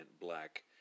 black